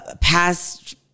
past